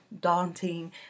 daunting